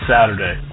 Saturday